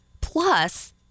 Plus